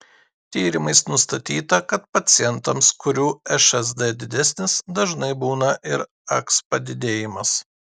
tyrimais nustatyta kad pacientams kurių šsd didesnis dažnai būna ir aks padidėjimas